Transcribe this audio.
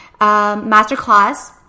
masterclass